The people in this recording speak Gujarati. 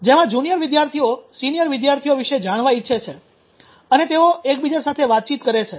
જેમાં જુનિયર વિદ્યાર્થીઓ સિનિયર વિદ્યાર્થીઓ વિશે જાણવા ઈચ્છે છે અને તેઓ એકબીજા સાથે વાતચીત કરે છે